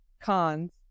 Cons